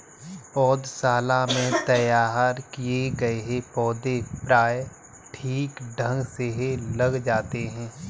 पौधशाला में तैयार किए गए पौधे प्रायः ठीक ढंग से लग जाते हैं